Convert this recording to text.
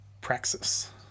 praxis